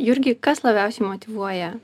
jurgi kas labiausiai motyvuoja